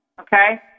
Okay